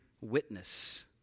witness